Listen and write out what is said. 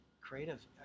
Creative